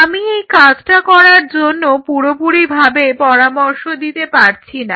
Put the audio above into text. আমি এই কাজটা করার জন্য পুরোপুরি ভাবে পরামর্শ দিতে পারছিনা